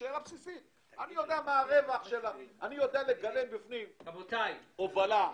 אני יודע לגלם בפנים הובלה,